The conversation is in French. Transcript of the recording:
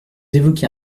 évoquez